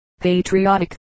patriotic